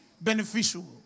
beneficial